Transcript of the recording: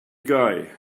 guy